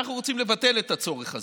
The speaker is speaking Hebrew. אנחנו רוצים לבטל את הצורך הזה.